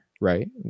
right